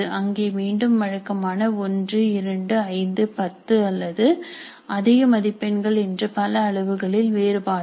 அங்கே மீண்டும் வழக்கமான 1 2 5 10 அல்லது அதிக மதிப்பெண்கள் என்று பல அளவுகளில் வேறுபாடுகள்